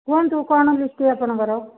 କୁହନ୍ତୁ କ'ଣ ଲିଷ୍ଟି ଆପଣଙ୍କର